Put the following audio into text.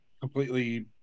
completely